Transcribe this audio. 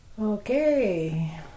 okay